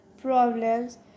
problems